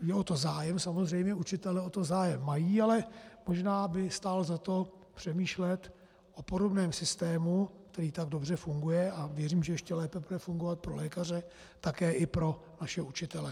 Je o to zájem, samozřejmě učitelé o to zájem mají, ale možná by stálo za to přemýšlet o podobném systému, který tak dobře funguje, a věřím, že ještě lépe bude fungovat, pro lékaře, také i pro naše učitele.